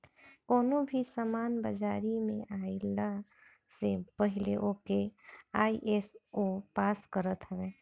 कवनो भी सामान बाजारी में आइला से पहिले ओके आई.एस.ओ पास करत हवे